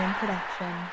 production